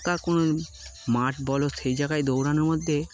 তার কোনো মাঠ বলো সেই জায়গায় দৌড়ানোর মধ্যে